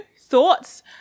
thoughts